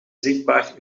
zichtbaar